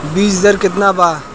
बीज दर केतना बा?